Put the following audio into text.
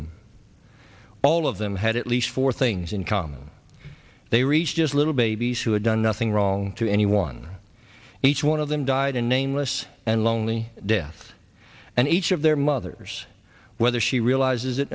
them all of them had at least four things in common they reach just little babies who had done nothing wrong to anyone each one of them died a nameless and lonely death and each of their mothers whether she realizes it